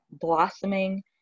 blossoming